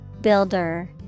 Builder